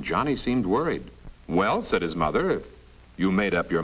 johnny seemed worried well said his mother you made up your